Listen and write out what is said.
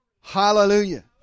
Hallelujah